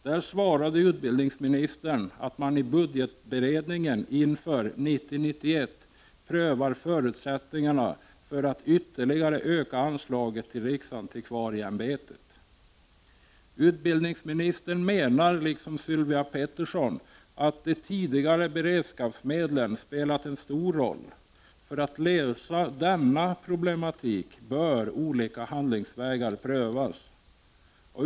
Där svarade utbildningsministern att man i budgetberedningen inför 1990/91 prövar förutsättningarna för att ytterligare öka anslaget till riksantikvarieämbetet. Utbildningsministern menar, liksom Sylvia Pettersson, att de tidigare beredskapsmedlen har spelat en stor roll. För att lösa problemen bör olika handlingsvägar prövas.